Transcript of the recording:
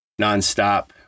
nonstop